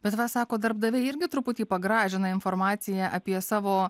bet va sako darbdaviai irgi truputį pagražina informaciją apie savo